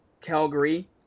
Calgary